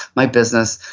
my business,